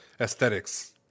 aesthetics